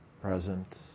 present